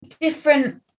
different